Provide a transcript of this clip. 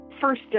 First